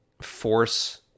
force